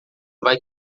vai